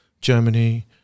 Germany